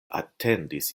atendis